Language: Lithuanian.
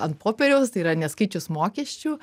ant popieriaus tai yra neatskaičius mokesčių